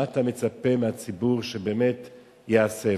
מה אתה מצפה מהציבור שבאמת יעשה?